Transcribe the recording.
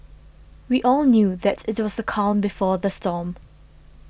we all knew that it was the calm before the storm